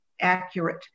accurate